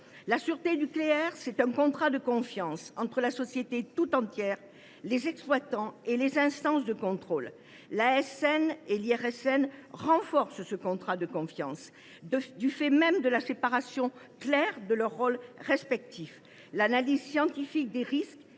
La sûreté nucléaire, c’est un contrat de confiance entre la société tout entière, les exploitants et les instances de contrôle. L’ASN et l’IRSN renforcent ce contrat de confiance, du fait même de la séparation claire de leurs rôles respectifs : d’une part, l’analyse scientifique des risques